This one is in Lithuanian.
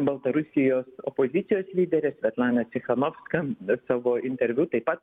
baltarusijos opozicijos lyderė svetlana cichanovska savo interviu taip pat